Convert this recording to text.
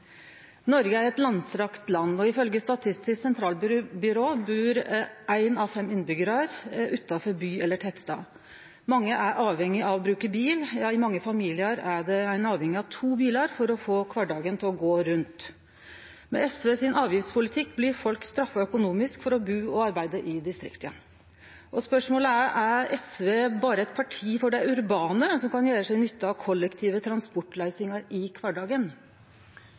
Noreg er eit langstrekt land, og ifølgje Statistisk sentralbyrå bur éin av fem innbyggjarar utanfor by eller tettstad. Mange er avhengige av å bruke bil. Ja, i mange familiar er ein avhengig av to bilar for å få kvardagen til å gå rundt. Med avgiftspolitikken til SV blir folk straffa økonomisk for å bu og arbeide i distrikta. Spørsmålet er: Er SV berre eit parti for dei urbane, som kan gjere seg nytte av kollektive transportløysingar i kvardagen?